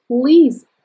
please